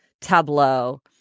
tableau